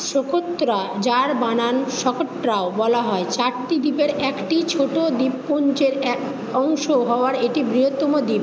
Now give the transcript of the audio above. Socotra যার বানান Socotra ও বলা হয় চারটি দ্বীপের একটি ছোট দ্বীপপুঞ্জের এক অংশ হওয়ার এটি বৃহত্তম দ্বীপ